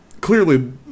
clearly